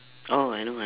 oh I know I know